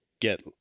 get